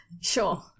sure